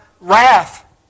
wrath